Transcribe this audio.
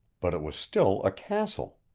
but it was still a castle.